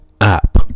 app